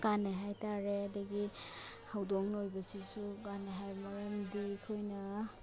ꯀꯥꯟꯅꯩ ꯍꯥꯏꯕ ꯇꯥꯔꯦ ꯑꯗꯒꯤ ꯍꯧꯗꯣꯡ ꯂꯣꯏꯕꯁꯤꯁꯨ ꯀꯥꯟꯅꯩ ꯍꯥꯏꯕ ꯃꯔꯝꯗꯤ ꯑꯩꯈꯣꯏꯅ